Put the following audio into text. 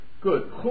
Good